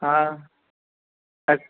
ਹਾਂ ਅੱਛ